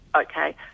okay